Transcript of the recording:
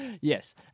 yes